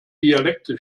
dialekte